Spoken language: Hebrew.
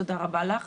תודה רבה לך.